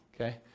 Okay